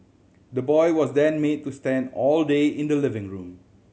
the boy was then made to stand all day in the living room